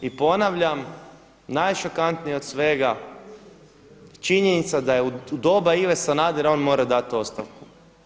I ponavljam, najšokantnije od svega je činjenica da je u doba Ive Sanadera on morao dati ostavku.